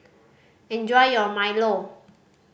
enjoy your milo